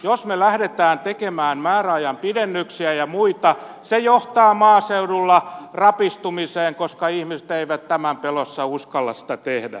jos me lähdemme tekemään määräajan pidennyksiä ja muita se johtaa maaseudulla rapistumiseen koska ihmiset eivät tämän pelossa uskalla sitä tehdä